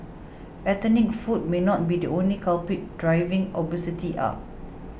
ethnic food may not be the only culprit driving obesity up